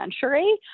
century